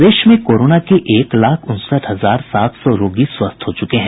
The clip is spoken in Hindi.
प्रदेश में कोरोना के एक लाख उनसठ हजार सात सौ रोगी स्वस्थ हो चुके हैं